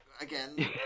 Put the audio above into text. again